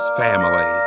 family